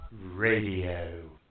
Radio